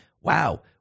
wow